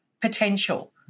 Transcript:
potential